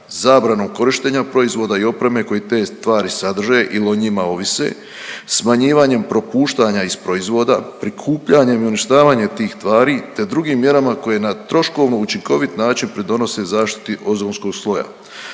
zabranom korištenja proizvoda i opreme koji te tvari sadrže ili o njima ovise, smanjivanjem propuštanja iz proizvoda, prikupljanje i uništavanje tih tvari, te drugim mjerama koje na troškovno učinkovit način pridonose zaštiti ozonskog sloja,